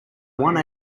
one